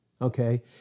okay